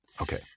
Okay